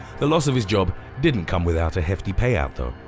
the loss of his job didn't come without a hefty payout though.